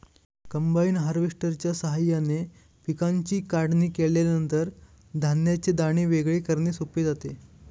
combine हार्वेस्टरच्या साहाय्याने पिकांची काढणी केल्यानंतर धान्याचे दाणे वेगळे करणे सोपे जाते